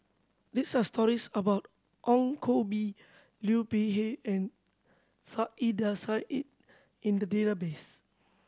these are stories about Ong Koh Bee Liu Peihe and Saiedah Said in the database